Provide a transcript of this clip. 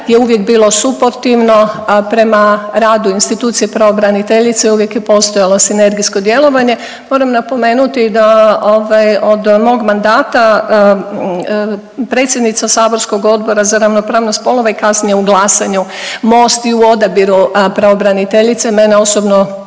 je uvijek bilo suportivno, a prema radu institucije pravobraniteljice uvijek je postojalo sinergijsko djelovanje. Moram napomenuti da ovaj, od mog mandata predsjednica saborskog Odbora za ravnopravnost spolova i kasnije u glasanju, Most i u odabiru pravobraniteljice, mene osobno